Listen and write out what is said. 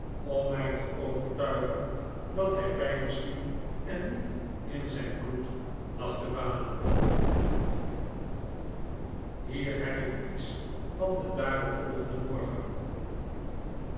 om mij te overtuigen dat hij veilig sliep ei bloed lag te baden en niet in zijn hier heb ik iets van den daarop volgenden morgen